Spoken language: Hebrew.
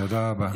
תודה רבה.